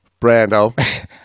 Brando